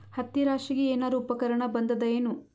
ಹತ್ತಿ ರಾಶಿಗಿ ಏನಾರು ಉಪಕರಣ ಬಂದದ ಏನು?